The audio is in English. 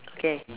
okay